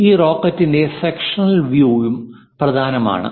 ഈ റോക്കറ്റിന്റെ sectional view യും പ്രധാനമാണ്